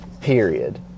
Period